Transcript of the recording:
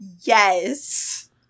yes